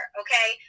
okay